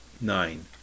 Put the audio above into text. Nine